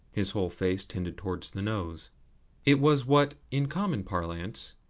his whole face tended towards the nose it was what, in common parlance,